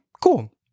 Cool